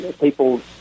People